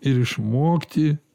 ir išmokti